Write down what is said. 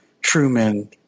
truman